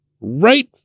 right